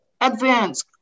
Advance